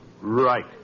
Right